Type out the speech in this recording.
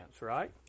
right